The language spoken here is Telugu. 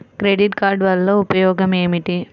క్రెడిట్ కార్డ్ వల్ల ఉపయోగం ఏమిటీ?